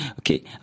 okay